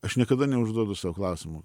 aš niekada neužduodu sau klausimo